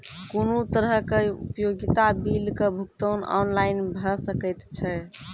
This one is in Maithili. कुनू तरहक उपयोगिता बिलक भुगतान ऑनलाइन भऽ सकैत छै?